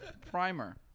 Primer